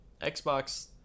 Xbox